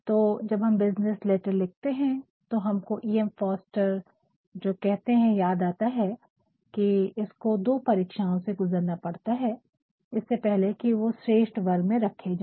तो जब हम बिज़नेस लेटर लिखते है तो हमको ई ऍम फोस्टर जो कहते है याद आता है की इसको दो परीक्षाओ से गुजरना पड़ता है इससे पहले की वो श्रेष्ट वर्ग में रखे जाये